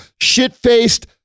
shit-faced